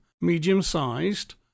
medium-sized